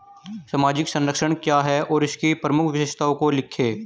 सामाजिक संरक्षण क्या है और इसकी प्रमुख विशेषताओं को लिखिए?